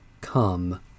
Come